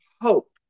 hope